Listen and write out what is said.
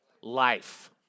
life